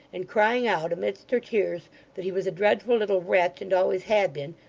and crying out amidst her tears that he was a dreadful little wretch, and always had been,